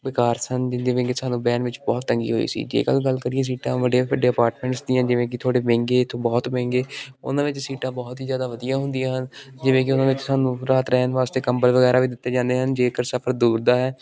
ਬੇਕਾਰ ਸਨ ਵੀ ਜਿਵੇਂ ਕਿ ਸਾਨੂੰ ਬਹਿਣ ਵਿੱਚ ਬਹੁਤ ਤੰਗੀ ਹੋਈ ਸੀ ਜੇਕਰ ਗੱਲ ਕਰੀਏ ਸੀਟਾਂ ਵੱਡੀਆਂ ਵੱਡੀਆਂ ਅਪਾਰਟਮੈਂਟਸ ਦੀਆਂ ਜਿਵੇਂ ਕਿ ਤੁਹਾਡੇ ਮਹਿੰਗੇ ਤੋਂ ਬਹੁਤ ਮਹਿੰਗੇ ਉਹਨਾਂ ਵਿੱਚ ਸੀਟਾਂ ਬਹੁਤ ਹੀ ਜ਼ਿਆਦਾ ਵਧੀਆ ਹੁੰਦੀਆਂ ਹਨ ਜਿਵੇਂ ਕਿ ਉਹਨਾਂ ਵਿੱਚ ਸਾਨੂੰ ਰਾਤ ਰਹਿਣ ਵਾਸਤੇ ਕੰਬਲ ਵਗੈਰਾ ਵੀ ਦਿੱਤੇ ਜਾਂਦੇ ਹਨ ਜੇਕਰ ਸਫ਼ਰ ਦੂਰ ਦਾ ਹੈ